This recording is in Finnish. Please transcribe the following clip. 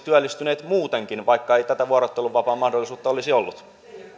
työllistyneet muutenkin vaikka ei tätä vuorotteluvapaan mahdollisuutta olisi ollut